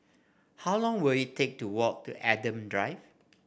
how long will it take to walk to Adam Drive